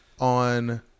on